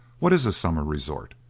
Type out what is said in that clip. what is a summer resort?